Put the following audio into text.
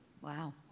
Wow